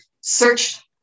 search